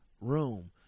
room